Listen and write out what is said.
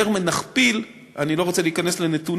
יותר מנכפיל, אני לא רוצה להיכנס לנתונים,